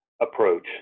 approach